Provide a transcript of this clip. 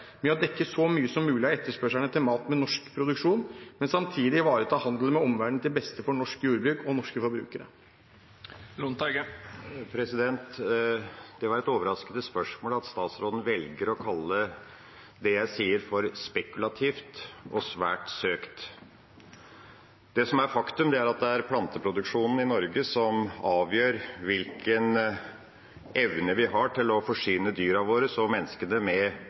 med å dekke så mye som mulig av etterspørselen etter mat med norsk produksjon, men samtidig ivareta handel med omverdenen til beste for norsk jordbruk og norske forbrukere. Det var et overraskende svar at statsråden velger å kalle det jeg sier, for spekulativt og svært søkt. Det som er faktum, er at det er planteproduksjonen i Norge som avgjør hvilken evne vi har til å forsyne dyra våre og så menneskene med